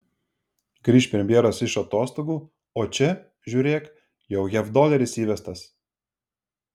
grįš premjeras iš atostogų o čia žiūrėk jau jav doleris įvestas